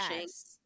yes